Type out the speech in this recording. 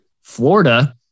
Florida